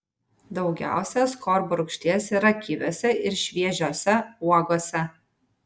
daugiausia askorbo rūgšties yra kiviuose ir šviežiose uogose